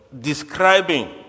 describing